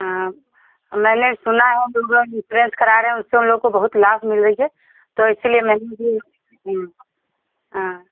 मैंने सुना है जो लोग इन्सुरेंस करा रहे हैं उससे उन लोग को बहुत लाभ मिल रही है त इसलिए मैंने भी हाँ